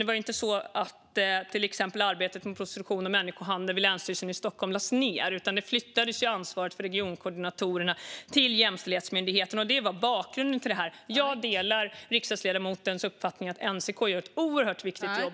Arbetet vid Länsstyrelsen i Stockholm mot exempelvis prostitution och människohandel lades ju inte ned, utan ansvaret för regionkoordinatorerna flyttades till Jämställdhetsmyndigheten. Detta är bakgrunden till det hela. Jag delar riksdagsledamotens uppfattning att NCK gör ett oerhört viktigt jobb.